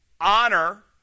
honor